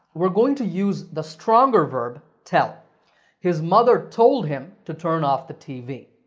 we're going to use the stronger verb tell his mother told him to turn off the tv.